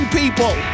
people